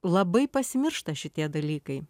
labai pasimiršta šitie dalykai